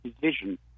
vision